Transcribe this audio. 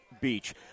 Beach